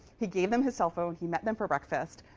he gave them his cellphone. he met them for breakfast.